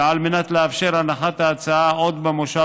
ועל מנת לאפשר הנחת ההצעה עוד במושב